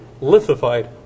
lithified